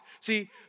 See